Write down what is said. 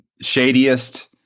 shadiest